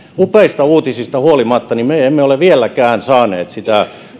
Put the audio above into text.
upeista uutisista huolimatta me emme ole vieläkään saaneet sitä